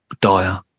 dire